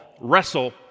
wrestle